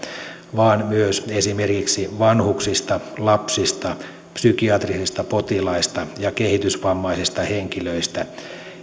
vaan myös esimerkiksi vanhuksista lapsista psykiatrisista potilaista ja kehitysvammaisista henkilöistä